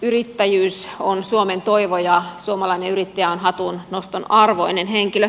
yrittäjyys on suomen toivo ja suomalainen yrittäjä on hatunnoston arvoinen henkilö